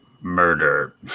murder